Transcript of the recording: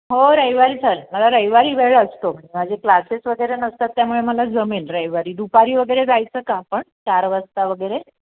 हो रविवारी चाल मला रविवारी वेळ असतो माझे क्लासेस वगैरे नसतात त्यामुळे मला जमेल रविवारी दुपारी वगैरे जायचं का आपण चार वाजता वगैरे